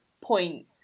point